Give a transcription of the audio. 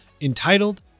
entitled